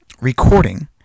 recording